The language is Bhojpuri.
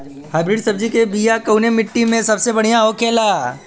हाइब्रिड सब्जी के बिया कवने मिट्टी में सबसे बढ़ियां होखे ला?